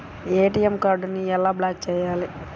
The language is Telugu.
ఏ.టీ.ఎం కార్డుని ఎలా బ్లాక్ చేయాలి?